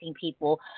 people